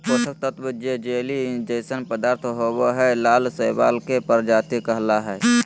पोषक तत्त्व जे जेली जइसन पदार्थ होबो हइ, लाल शैवाल के प्रजाति कहला हइ,